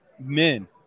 Men